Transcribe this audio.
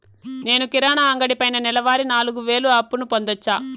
నేను కిరాణా అంగడి పైన నెలవారి నాలుగు వేలు అప్పును పొందొచ్చా?